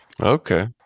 Okay